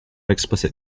explicit